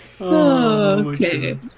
okay